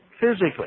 physically